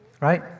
Right